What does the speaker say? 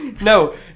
No